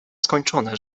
skończone